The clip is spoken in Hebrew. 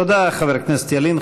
תודה, חבר הכנסת ילין.